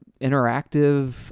interactive